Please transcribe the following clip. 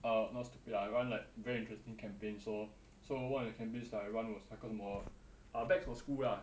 err not stupid lah I run like very interesting campaign so so one of the campaign I run was 那个什么 ah oh bags for school lah